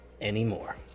anymore